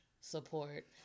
support